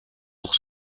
pour